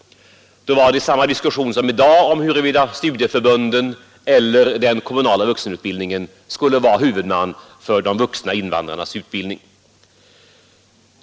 Det var då samma diskussion som i dag om huruvida studieförbunden eller den kommunala vuxenutbildningen skulle vara huvudman för de vuxna invandrarnas utbildning.